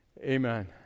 Amen